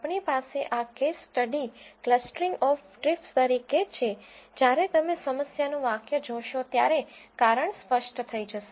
આપણી પાસે આ case study clustering of trips તરીકે છે જ્યારે તમે સમસ્યાનું વાક્ય જોશો ત્યારે કારણ સ્પષ્ટ થઈ જશે